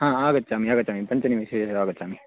आगच्छामि आगच्छामि पञ्चनिमिषेव आगच्छामि